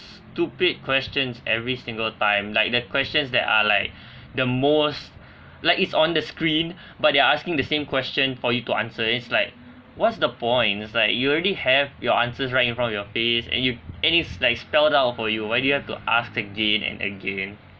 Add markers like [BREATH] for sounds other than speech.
stupid questions every single time like the questions that are like [BREATH] the most like it's on the screen but they're asking the same question for you to answer it's like what's the point it's like you already have your answers right in front of your face and you and it's like spelled out for you why do you have to ask again and again